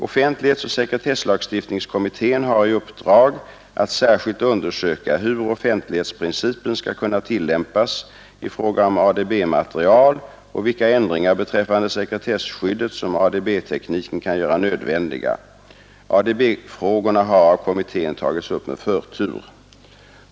Offentlighetsoch sekretesslagstiftningskommittén har i uppdrag att särskilt undersöka hur offentlighetsprincipen skall kunna tillämpas i fråga om ADB-material och vilka ändringar beträffande sekretesskyddet som ADB-tekniken kan göra nödvändiga. ADB-frågorna har av kommittén tagits upp med förtur.